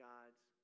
God's